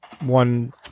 one